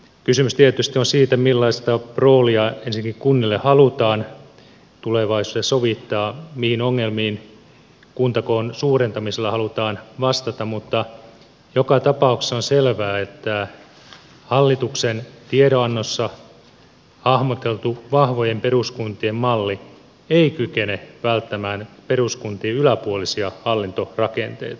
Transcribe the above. kysymys tietysti on siitä millaista roolia ensinnäkin kunnille halutaan tulevaisuudessa sovittaa mihin ongelmiin kuntakoon suurentamisella halutaan vastata mutta joka tapauksessa on selvää että hallituksen tiedonannossa hahmoteltu vahvojen peruskuntien malli ei kykene välttämään peruskuntien yläpuolisia hallintorakenteita